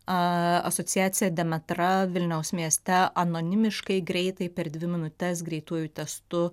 asociacija demetra vilniaus mieste anonimiškai greitai per dvi minutes greitųjų testų